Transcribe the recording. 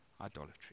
idolatry